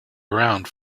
around